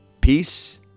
peace